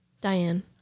Diane